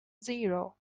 zero